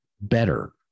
better